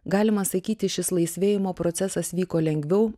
galima sakyti šis laisvėjimo procesas vyko lengviau